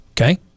Okay